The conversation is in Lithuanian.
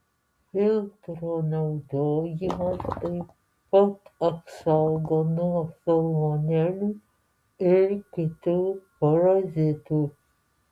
filtro naudojimas taip pat apsaugo nuo salmonelių ir kitų parazitų